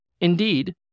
Indeed